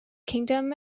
kingdom